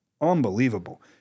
Unbelievable